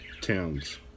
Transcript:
towns